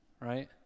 right